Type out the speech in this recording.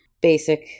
basic